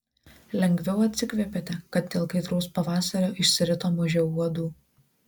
lengviau atsikvėpėte kad dėl kaitraus pavasario išsirito mažiau uodų